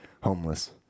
homeless